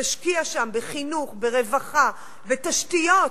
תשקיע שם, בחינוך, ברווחה, בתשתיות,